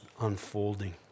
unfolding